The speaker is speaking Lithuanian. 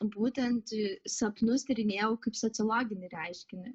būtent sapnus tyrinėjau kaip sociologinį reiškinį